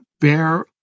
bear